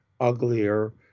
uglier